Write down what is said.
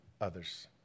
others